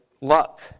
luck